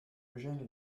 eugène